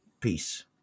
peace